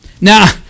Now